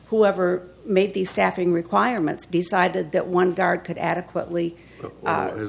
whoever made these staffing requirements decided that one guard could adequately